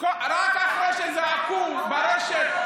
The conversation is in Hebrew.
רק אחרי שזעקו ברשת,